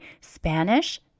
Spanish